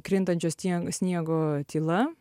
krintančio snie sniego tyla